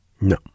No